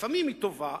לפעמים היא טובה,